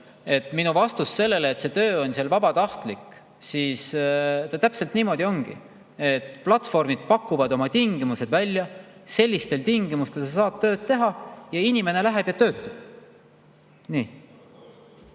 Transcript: Minu vastus oli see, et see töö on vabatahtlik. Täpselt niimoodi ongi. Platvormid pakuvad oma tingimused välja, sellistel tingimustel saab tööd teha, ja inimene läheb ja töötab.